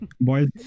Boys